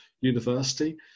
University